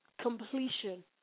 completion